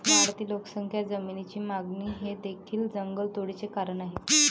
वाढती लोकसंख्या, जमिनीची मागणी हे देखील जंगलतोडीचे कारण आहे